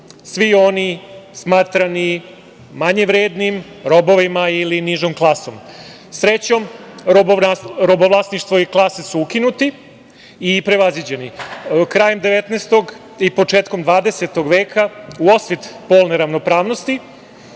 svi oni smatrani manje vrednim robovima ili nižom klasom. Srećom robovlasništvo i klase su ukinuti i prevaziđeni. Krajem 19. veka i početkom 20. veka u osvit polne ravnopravnosti